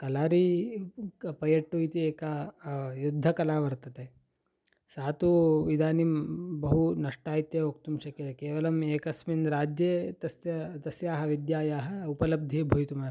कलारी पयट्टु इति एका युद्धकला वर्तते सा तु इदानीं बहु नष्टा इत्येव वक्तुं शक्यते केवलम् एकस्मिन् राज्ये तस्य तस्याः विद्यायाः उपलब्धिः भवितुम् अर्हति